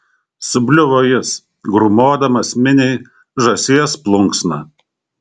subliuvo jis grūmodamas miniai žąsies plunksna